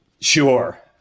Sure